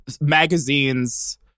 magazines